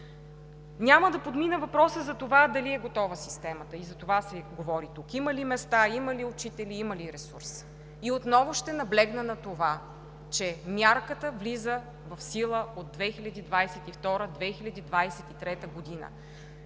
Няма да подмина въпроса за това дали е готова системата и за това се говори тук: има ли места, има ли учители, има ли ресурс. И отново ще наблегна на това, че мярката влиза в сила от 2022 – 2023 г.